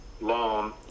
loan